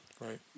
Right